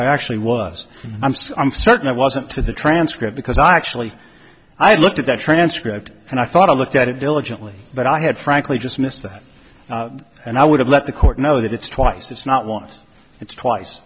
there actually was i'm still i'm certain i wasn't to the transcript because i actually i looked at that transcript and i thought i looked at it diligently but i had frankly just missed it and i would have let the court know that it's twice it's not once it's twice